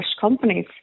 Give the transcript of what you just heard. companies